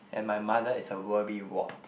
and my mother is a worrywart